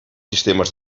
sistemes